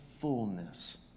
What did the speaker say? fullness